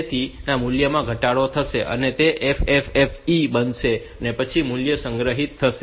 તેથી મૂલ્યમાં ઘટાડો થશે અને તે FFFE બનશે અને પછી મૂલ્ય સંગ્રહિત થશે